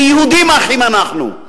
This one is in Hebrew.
כי יהודים אחים אנחנו,